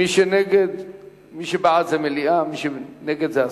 מי שבעד, זה מליאה, ומי שנגד, זה הסרה.